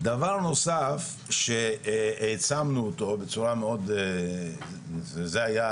דבר נוסף שהעצמנו אותו, זו היתה